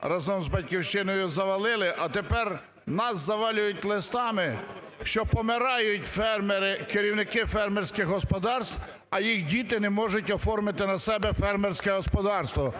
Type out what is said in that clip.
разом з "Батьківщиною" завалили, а тепер нас завалюють листами, що помирають фермери, керівники фермерських господарств, а їх діти не можуть оформити на себе фермерське господарство,